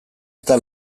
eta